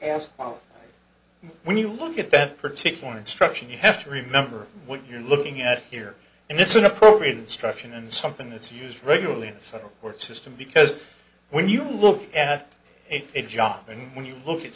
to when you look at best particular instruction you have to remember what you're looking at here and it's an appropriate instruction and something that's used regularly and so forth system because when you look at a job and when you look at